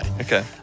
Okay